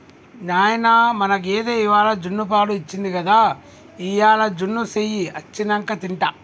నాయనా మన గేదె ఇవ్వాల జున్నుపాలు ఇచ్చింది గదా ఇయ్యాల జున్ను సెయ్యి అచ్చినంక తింటా